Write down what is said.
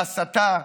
ההסתה,